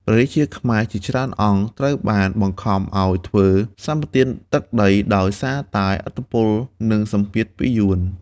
ព្រះរាជាខ្មែរជាច្រើនអង្គត្រូវបានបង្ខំឱ្យធ្វើសម្បទានទឹកដី ដោយសារតែឥទ្ធិពល និងសម្ពាធពីយួន។